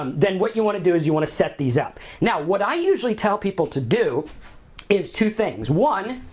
um then, what you wanna do is you wanna set these up. now, what i usually tell people to do is two things, one,